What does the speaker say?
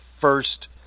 first